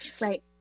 Right